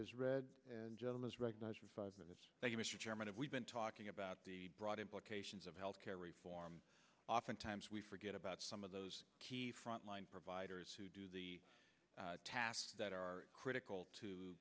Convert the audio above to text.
as read and gentleness recognized for five minutes you mr chairman and we've been talking about the broad implications of health care reform oftentimes we forget about some of those key frontline providers who do the tasks that are critical to